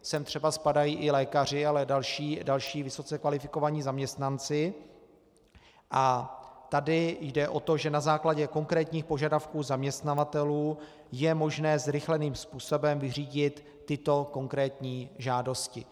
Sem třeba spadají i lékaři, ale i další vysoce kvalifikovaní zaměstnanci, a tady jde o to, že na základě konkrétních požadavků zaměstnavatelů je možné zrychleným způsobem vyřídit tyto konkrétní žádosti.